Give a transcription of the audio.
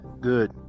Good